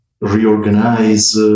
reorganize